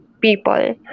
people